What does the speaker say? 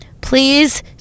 please